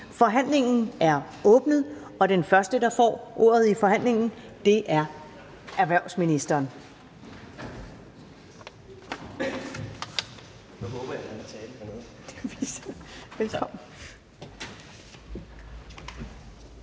Forhandlingen er åbnet. Den første, der får ordet i forhandlingen, er erhvervsministeren.